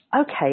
Okay